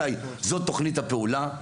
זאת תוכנית הפעולה,